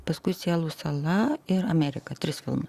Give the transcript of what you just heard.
paskui sielų sala ir amerika tris filmus